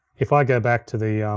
if i go back to the,